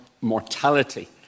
mortality